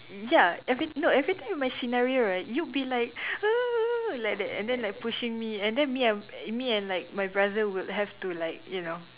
ya every no every time my scenario right you'll be like like that and then like pushing me and then me and me and like my brother would have to like you know